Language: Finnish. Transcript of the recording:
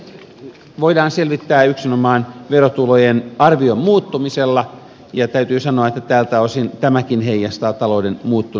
tämä voidaan selittää yksinomaan verotulojen arvion muuttumisella ja täytyy sanoa että tältä osin tämäkin heijastaa talouden muuttunutta tilannetta